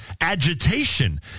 agitation